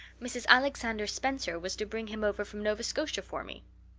mrs. alexander spencer was to bring him over from nova scotia for me.